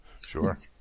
Sure